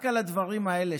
רק על הדברים האלה,